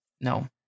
No